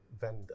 vendor